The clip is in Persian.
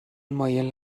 مایل